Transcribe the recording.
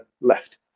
left